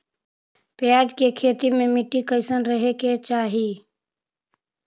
प्याज के खेती मे मिट्टी कैसन रहे के चाही?